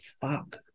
fuck